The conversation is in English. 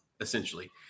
essentially